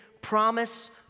promise